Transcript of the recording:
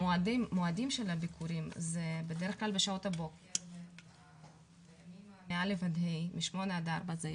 המועדים של הביקורים זה בד"כ בשעות הבוקר בימים א'-ה' בשעות 8.00-16.00,